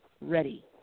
ready